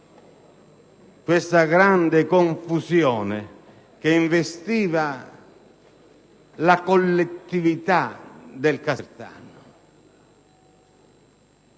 questa grande confusione che investiva la collettività del casertano.